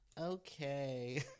Okay